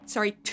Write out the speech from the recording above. Sorry